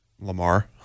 Lamar